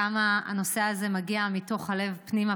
כמה הנושא הזה מגיע מתוך הלב פנימה,